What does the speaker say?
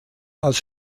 als